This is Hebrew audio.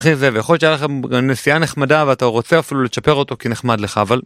אחי זה ויכול להיות שהיה לך גם נסיעה נחמדה ואתה רוצה אפילו לצ'פר אותו כי נחמד לך אבל.